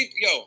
Yo